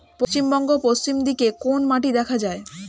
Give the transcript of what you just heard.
পশ্চিমবঙ্গ পশ্চিম দিকে কোন মাটি দেখা যায়?